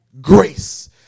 grace